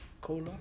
cola